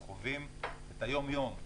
חווים את היום-יום,